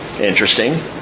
Interesting